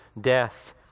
death